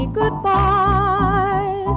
goodbye